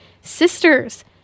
Sisters